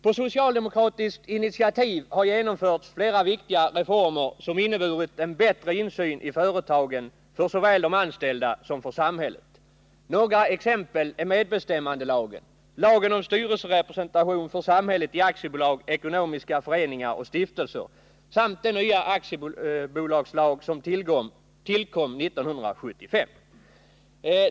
På socialdemokratiskt initiativ har genomförts flera viktiga reformer som inneburit en bättre insyn i företagen såväl för de anställda som för samhället. Några exempel är medbestämmandelagen, lagen om styrelserepresentation för samhället i aktiebolag, ekonomiska föreningar och stiftelser samt den nya aktiebolagslag som tillkom 1975.